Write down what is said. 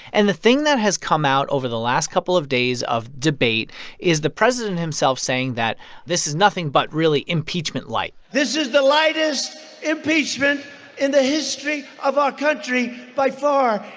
and the thing that has come out over the last couple of days of debate is the president himself saying that this is nothing but, really, impeachment lite this is the lightest impeachment in the history of our country by far.